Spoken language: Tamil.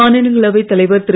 மாநிலங்களவை தலைவர் திரு